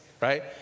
right